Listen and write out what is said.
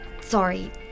Sorry